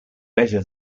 better